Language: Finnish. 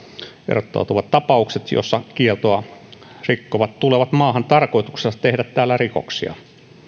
erottautuvat tapaukset joissa kieltoa rikkovat tulevat maahan tarkoituksenaan tehdä täällä rikoksia